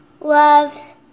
loves